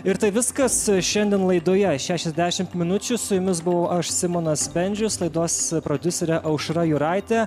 ir tai viskas šiandien laidoje šešiasdešimt minučių su jumis buvau aš simonas bendžius laidos prodiuserė aušra juraitė